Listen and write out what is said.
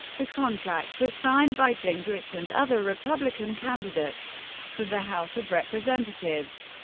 the contract was signed by gingrich and other republican candidates for the house of representatives.